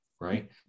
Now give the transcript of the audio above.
Right